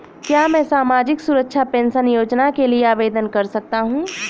क्या मैं सामाजिक सुरक्षा पेंशन योजना के लिए आवेदन कर सकता हूँ?